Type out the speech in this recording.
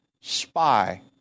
spy